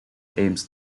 aims